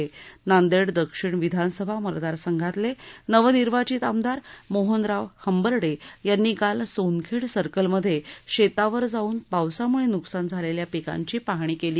नार्देड दक्षिण विधानसभा मतदार सप्तातले नवानवीचित आमदार मोहनराव हबडे यानी काल सोनखंड सकल मध्ये शेतावर जाऊन पावसामुळे नुकसान झालेल्या पिकांची पाहणी केली